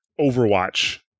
Overwatch